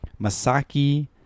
masaki